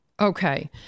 Okay